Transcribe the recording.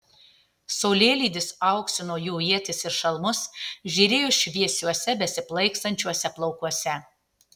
saulėlydis auksino jų ietis ir šalmus žėrėjo šviesiuose besiplaikstančiuose plaukuose